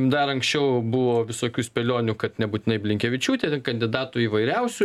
dar anksčiau buvo visokių spėlionių kad nebūtinai blinkevičiūtė kandidatų įvairiausių